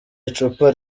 icupa